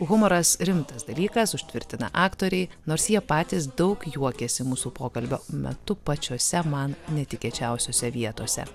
humoras rimtas dalykas užtvirtina aktoriai nors jie patys daug juokėsi mūsų pokalbio metu pačiose man netikėčiausiose vietose